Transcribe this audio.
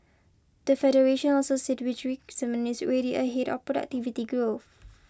the Federation also said increment is already ahead of productivity growth